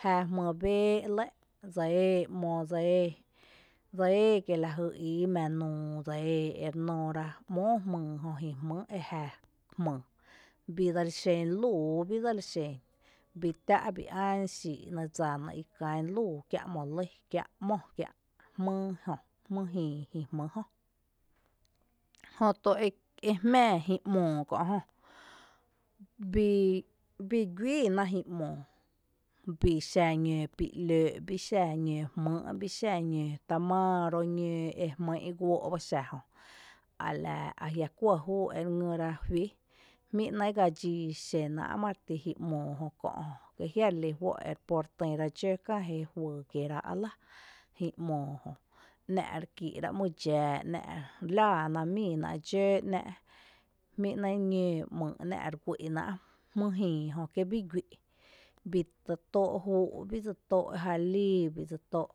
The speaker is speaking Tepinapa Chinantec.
jⱥ jmyy bee’ lɇ dse ee ´mo, dse ee, dse ee kié’ lajy ii mⱥⱥ nuu dse ee e re noora ‘móo jmyy jö jïï jmý e jⱥ jmyy bii dsele xen lúuú bii dsele xen, bii tⱥ’ bii án xii’ nɇ dsa nɇ e kán lúuú kiä’ ´mo lý ‘mó kiä’ jmyý jö, jmýy jïï jmý jö, jötu e jmⱥⱥ jïï ‘moo kö’ jö bii guiiná jïï ‘moo bii xa ñǿǿ pí ‘lǿǿ’ bíí xa ñǿǿ jmýy’ bíxa ñǿǿ, tamaaró’ ñǿǿ e jmýí’ guóó’ baxa jö ala ajia’ kuɇ júu ere tó’ rá juí jmí’ nɇɇ’ gaadxii xená’a’ mareti jïï ‘moo jö kö’ kí jia’ relí juó’ repóre tïra dxǿ kää jéeé juyy kieerá’ lⱥ jïï ‘moo jö, ‘ná’ re kíirá’ ´myy’ dxⱥⱥ, ‘ná’ Relaaná’a’ miiná’ dxǿ ‘bá’ jmí’ ‘nɇɇ ñǿǿ ‘myy’ ‘ná’ Re guý’ Ná’ jmýy jïi jö kí bii guy’ bii dse tóo’ Júu’ bii dse tóo’ eja líi